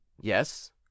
Yes